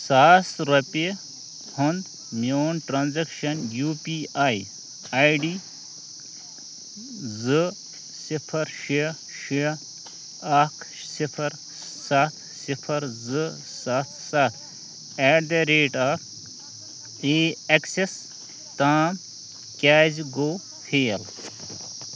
ساس رۄپیہِ ہُنٛد میون transaction U P I I D زٕ صِفر شےٚ شےٚ اکھ صِفر سَتھ صِفر زٕ سَتھ سَتھ at the rate of A axis تام کیٛازِ گوٚو فیل